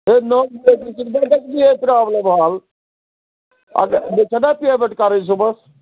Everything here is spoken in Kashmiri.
ہے نہٕ حظ نہٕ تِتھٕ پٲٹھۍ کتہِ نیرِ پرٛابلَم حَل اَدٕ مےٚ چھَنا پیمٮ۪نٛٹ کَرٕنۍ صُبَحس